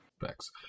Thanks